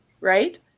right